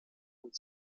und